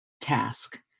task